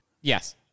yes